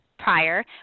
prior